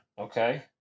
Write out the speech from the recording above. Okay